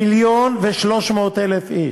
מיליון ו-300,000 איש.